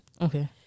Okay